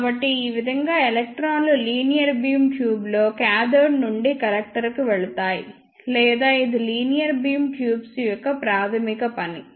కాబట్టి ఈవిధంగా ఎలక్ట్రాన్లు లీనియర్ బీమ్ ట్యూబ్లో కాథోడ్ నుండి కలెక్టర్కు వెళ్తాయి లేదా ఇది లీనియర్ బీమ్ ట్యూబ్ యొక్క ప్రాథమిక పని